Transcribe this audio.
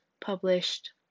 published